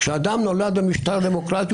כשאדם נולד במשטר דמוקרטי,